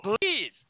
please